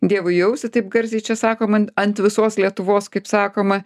dievui į ausį taip garsiai čia sakom ant visos lietuvos kaip sakoma